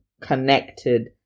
connected